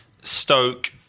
Stoke